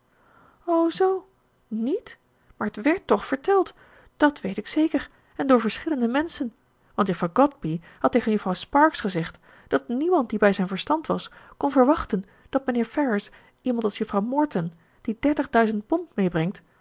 o zoo niet maar t werd toch verteld dat weet ik zeker en door verschillende menschen want juffrouw godby had tegen juffrouw sparks gezegd dat niemand die bij zijn verstand was kon verwachten dat mijnheer ferrars iemand als juffrouw morton die dertig duizend pond meebrengt